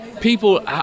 people